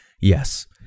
Yes